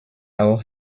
auch